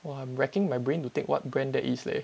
!wah! I'm racking my brain to think what brand that is leh